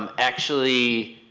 um actually,